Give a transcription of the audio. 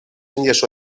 índies